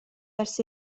ers